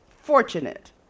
fortunate